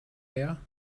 meer